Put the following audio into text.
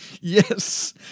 Yes